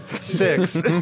six